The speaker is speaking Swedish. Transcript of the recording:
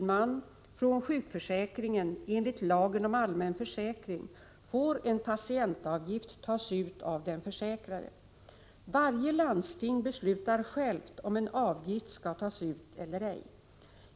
man från sjukförsäkringen enligt lagen om allmän försäkring får en patientavgift tas ut av den försäkrade. Varje landsting beslutar självt om en avgift skall tas ut eller ej.